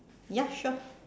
ya sure